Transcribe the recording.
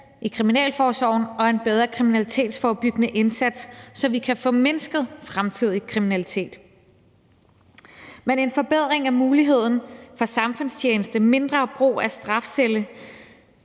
i kriminalforsorgen og en bedre kriminalitetsforebyggende indsats, så vi kan få mindsket fremtidig kriminalitet. Men en forbedring af muligheden for samfundstjeneste, mindre brug af strafcelle,